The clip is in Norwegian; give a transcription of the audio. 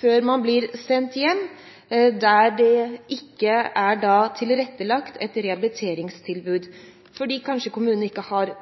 før man blir sendt hjem, hvis det ikke er tilrettelagt et rehabiliteringstilbud der. Kanskje har ikke kommunen